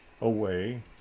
away